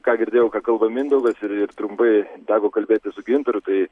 ką girdėjau ką kalba mindaugas ir ir trumpai teko kalbėtis su gintaru tai